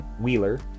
Wheeler